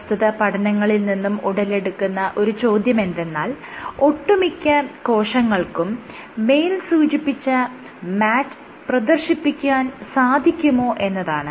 പ്രസ്തുത പഠനങ്ങളിൽ നിന്നും ഉടലെടുക്കുന്ന ഒരു ചോദ്യമെന്തെന്നാൽ ഒട്ടുമിക്ക കോശങ്ങൾക്കും മേൽ സൂചിപ്പിച്ച MAT പ്രദർശിപ്പിക്കാൻ സാധിക്കുമോ എന്നതാണ്